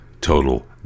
total